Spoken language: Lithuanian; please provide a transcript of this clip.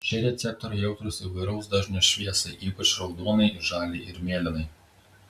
šie receptoriai jautrūs įvairaus dažnio šviesai ypač raudonai žaliai ir mėlynai